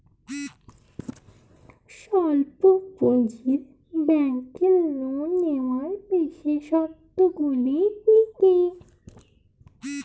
স্বল্প পুঁজির ব্যাংকের লোন নেওয়ার বিশেষত্বগুলি কী কী?